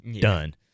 done